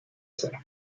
ser